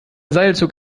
seilzug